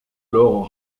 alors